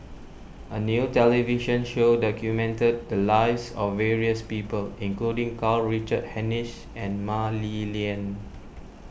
a new television show documented the lives of various people including Karl Richard Hanitsch and Mah Li Lian